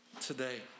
today